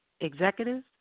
executives